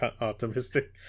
optimistic